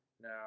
Now